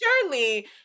surely